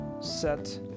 set